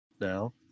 now